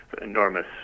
enormous